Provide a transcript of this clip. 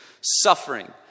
suffering